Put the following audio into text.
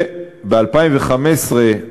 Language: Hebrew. ב-2015,